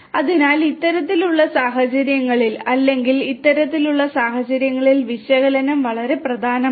അതിനാൽ ഇത്തരത്തിലുള്ള സാഹചര്യങ്ങളിൽ അല്ലെങ്കിൽ ഇത്തരത്തിലുള്ള സാഹചര്യങ്ങളിൽ വിശകലനം വളരെ പ്രധാനമാണ്